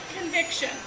conviction